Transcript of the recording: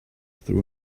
threw